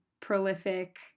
prolific